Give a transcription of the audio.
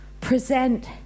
present